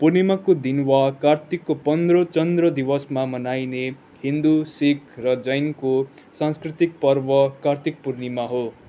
पूर्णिमाको दिन वा कार्तिकको पन्द्र चन्द्र दिवसमा मनाइने हिन्दू सिख र जैनको सांस्कृतिक पर्व कार्तिक पूर्णिमा हो